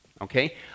okay